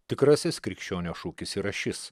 tikrasis krikščionio šūkis yra šis